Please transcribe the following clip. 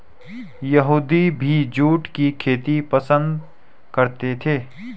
यहूदी भी जूट की खेती करना पसंद करते थे